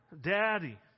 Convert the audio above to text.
daddy